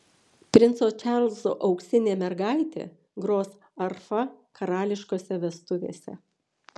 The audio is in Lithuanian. princo čarlzo auksinė mergaitė gros arfa karališkose vestuvėse